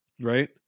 right